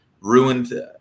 ruined